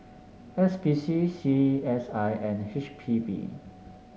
S P C C S I and H P B